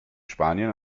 spanien